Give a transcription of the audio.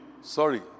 sorry